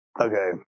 Okay